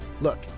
Look